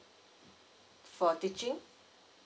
for teaching